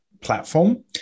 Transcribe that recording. Platform